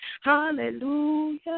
Hallelujah